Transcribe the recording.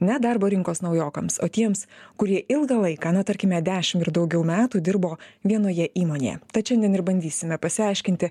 ne darbo rinkos naujokams o tiems kurie ilgą laiką na tarkime dešimt ir daugiau metų dirbo vienoje įmonėje tad šiandien ir bandysime pasiaiškinti